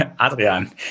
Adrian